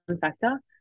factor